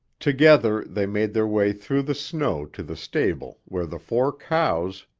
together they made their way through the snow to the stable where the four cows,